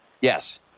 Yes